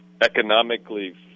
economically